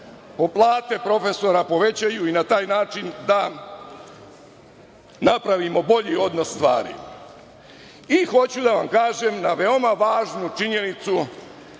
plate profesora povećaju i na taj način da napravimo bolji odnos stvari. Hoću da vam kažem veoma važnu činjenicu,